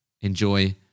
enjoy